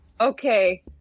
Okay